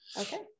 okay